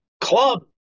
club